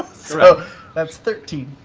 so that's thirteen.